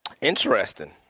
Interesting